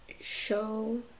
show